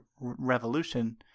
revolution